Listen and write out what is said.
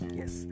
yes